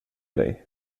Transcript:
dig